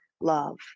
love